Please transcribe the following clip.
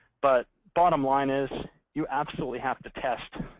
but bottom line is you absolutely have to test